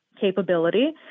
capability